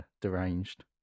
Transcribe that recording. deranged